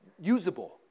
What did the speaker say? Usable